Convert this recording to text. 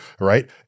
right